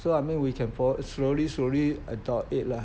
so I mean we can probab~ slowly slowly adopt it lah